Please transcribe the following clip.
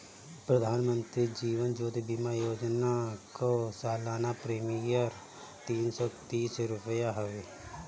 प्रधानमंत्री जीवन ज्योति बीमा योजना कअ सलाना प्रीमियर तीन सौ तीस रुपिया हवे